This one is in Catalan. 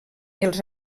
els